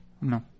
No